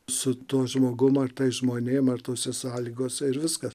su tuo žmogum ar tai žmonėm ar tose sąlygose ir viskas